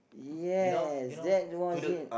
yes that was it